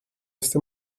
ese